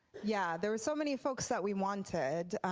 yeah there was so many folks that we wanted,